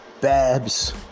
babs